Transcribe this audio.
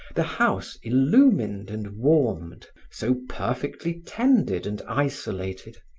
the house illumined and warmed, so perfectly tended and isolated,